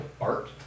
art